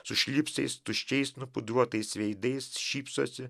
su šlipsais tuščiais nupudruotais veidais šypsosi